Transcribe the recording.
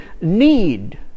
need